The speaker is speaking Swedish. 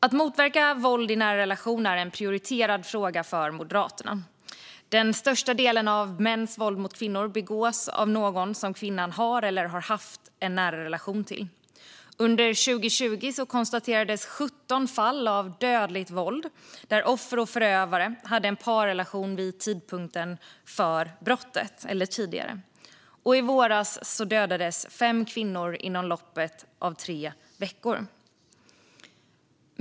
Att motverka våld i nära relationer är en prioriterad fråga för Moderaterna. Den största delen av mäns våld mot kvinnor begås av någon som kvinnan har eller har haft en nära relation till. Under 2020 konstaterades 17 fall av dödligt våld där offer och förövare hade en parrelation vid tidpunkten för brottet eller tidigare. Och i våras dödades fem kvinnor inom loppet av tre veckor.